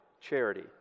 charity